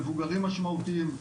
מבוגרים משמעותיים,